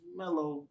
mellow